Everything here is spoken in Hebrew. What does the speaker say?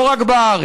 לא רק בארץ.